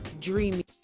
Dreamy